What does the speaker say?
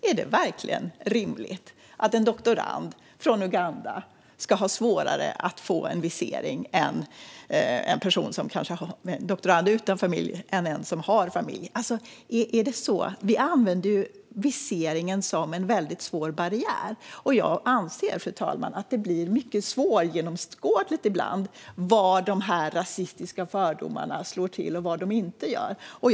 Är det verkligen rimligt att en doktorand från Uganda utan familj ska ha svårare att få en visering än en som har familj? Vi använder viseringen som en väldigt svår barriär, och jag anser, fru talman, att det ibland blir mycket svårgenomskådligt var de rasistiska fördomarna slår till och var de inte gör det.